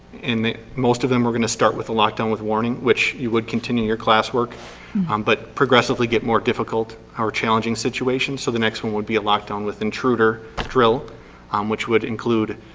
and most of them were gonna start with a lock down with warning, which you would continue your classwork um but progressively get more difficult or challenging situations. so the next one would be a lock down with intruder drill um which would include